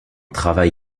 travail